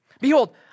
Behold